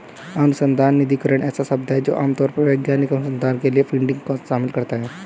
अनुसंधान निधिकरण ऐसा शब्द है जो आम तौर पर वैज्ञानिक अनुसंधान के लिए फंडिंग को शामिल करता है